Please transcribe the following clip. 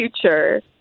future